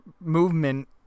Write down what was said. movement